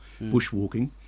bushwalking